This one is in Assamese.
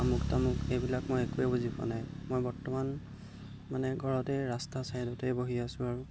আমুক তামুক এইবিলাক মই একোৱে বুজি পোৱা নাই মই বৰ্তমান মানে ঘৰতে ৰাস্তা চাইডতেই বহি আছোঁ আৰু